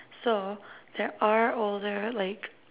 so there are older like